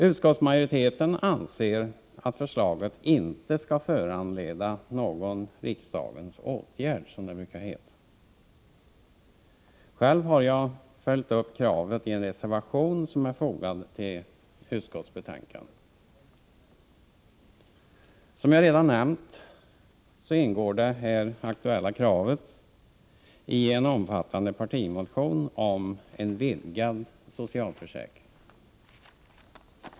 Utskottsmajoriteten anser att förslaget inte skall föranleda någon riksdagens åtgärd, som det brukar heta. Själv har jag följt upp kravet i en reservation som är fogad till utskottsbetänkandet. Som jag redan har nämnt ingår det aktuella kravet i en omfattande partimotion om en vidgad socialförsäkring.